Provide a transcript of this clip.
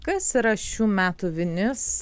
kas yra šių metų vinis